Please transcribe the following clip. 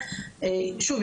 שוב,